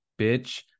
bitch